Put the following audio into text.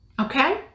Okay